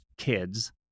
kids